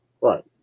Right